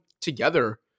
together